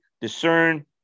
discern